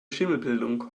schimmelbildung